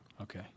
okay